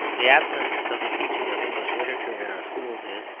the absence of the teaching of english literature in our schools is,